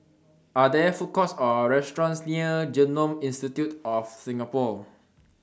Are There Food Courts Or restaurants near Genome Institute of Singapore